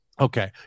okay